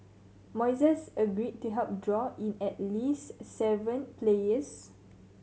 moises agreed to help draw in at least seven players